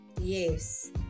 yes